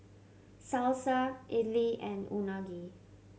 Salsa Idili and Unagi